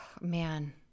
man